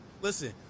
Listen